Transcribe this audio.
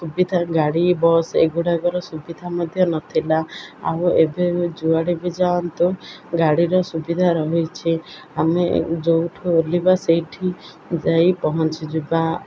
ସୁବିଧା ଗାଡ଼ି ବସ୍ ଏଗୁଡ଼ାକର ସୁବିଧା ମଧ୍ୟ ନଥିଲା ଆଉ ଏବେ ଯୁଆଡ଼ ବି ଯାଆନ୍ତୁ ଗାଡ଼ିର ସୁବିଧା ରହିଛି ଆମେ ଯେଉଁ ଠୁ ଓହ୍ଲାଇବା ସେଇଠି ଯାଇ ପହଞ୍ଚିଯିବା